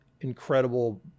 incredible